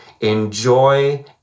enjoy